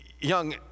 young